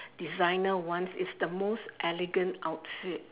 designer once it's the most elegant outfit